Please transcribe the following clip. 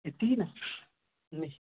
ଏତିକି ନା ନେ